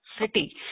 city